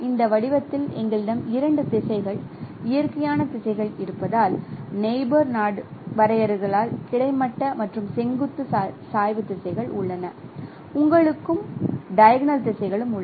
இந்த வடிவத்தில் எங்களிடம் இரண்டு திசைகள் இயற்கையான திசைகள் இருப்பதால் நெயிபோர்களின் வரையறையால் கிடைமட்ட மற்றும் செங்குத்து சாய்வு திசைகள் உள்ளன உங்களுக்கும் டைகோனல் திசைகளும் உள்ளன